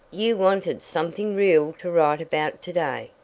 you wanted something real to write about to-day,